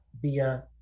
via